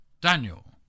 Daniel